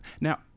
Now